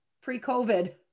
pre-COVID